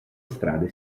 strade